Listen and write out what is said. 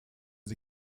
sie